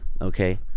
okay